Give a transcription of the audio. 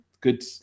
good